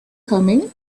coming